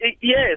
yes